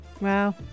Wow